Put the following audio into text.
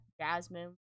Jasmine